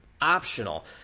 optional